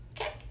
okay